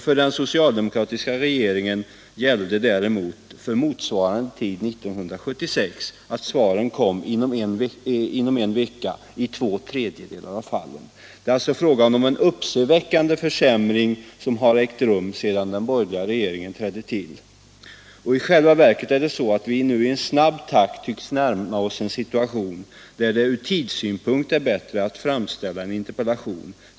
För den socialdemokratiska regeringen gällde däremot för motsvarande tid 1976 att svaren kom inom en vecka i två tredjedelar av fallen. Det är fråga om en uppseendeväckande försämring sedan den borgerliga regeringen trädde till. I själva verket tycks vi närma oss en situation där det från tidssynpunkt är bättre att framställa en interpellation.